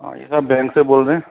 हाँ जी sir bank से बोल रहे हैं